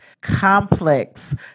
complex